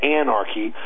anarchy